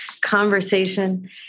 conversation